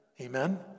Amen